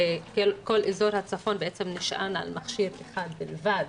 שכל אזור הצפון בעצם נשען על מכשיר אחד בלבד,